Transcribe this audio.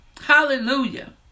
Hallelujah